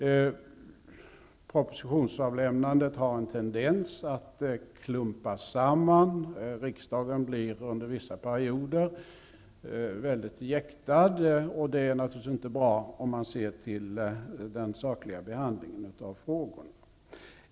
Propositionsavlämnanden har en tendens att klumpas samman, så att riksdagen under vissa perioder blir väldigt jäktad. Det är naturligtvis inte bra med tanke på den sakliga behandlingen av frågorna.